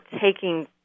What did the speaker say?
taking